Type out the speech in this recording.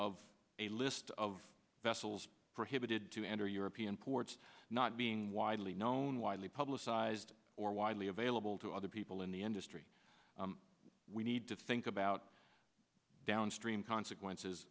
of a list of vessels prohibited to enter european ports not being widely known widely publicized or widely available to other people in the industry we need to think about downstream consequences